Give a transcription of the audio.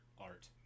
art